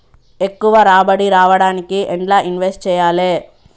ఎక్కువ రాబడి రావడానికి ఎండ్ల ఇన్వెస్ట్ చేయాలే?